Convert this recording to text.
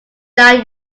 die